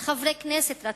על חברי כנסת רציונלים.